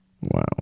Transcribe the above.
Wow